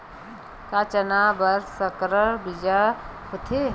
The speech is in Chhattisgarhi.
का चना बर संकर बीज होथे?